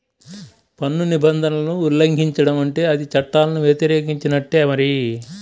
పన్ను నిబంధనలను ఉల్లంఘించడం అంటే అది చట్టాలను వ్యతిరేకించినట్టే మరి